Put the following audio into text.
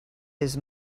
his